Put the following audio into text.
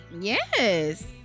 Yes